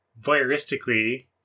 voyeuristically